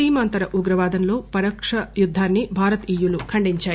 సీమాంతర ఉగ్రవాదంలో పరోక్ష యుద్దాన్ని భారత్ ఇయులు ఖండించాయి